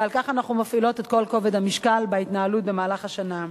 ועל כך אנחנו מפעילות את כל כובד המשקל בהתנהלות במהלך השנה.